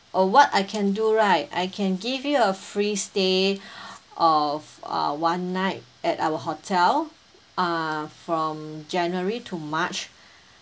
or what I can do right I can give you a free stay of uh one night at our hotel uh from january to march